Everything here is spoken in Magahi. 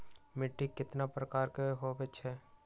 मिट्टी कतना प्रकार के होवैछे?